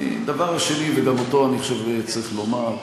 הדבר השני, וגם אותו צריך לומר,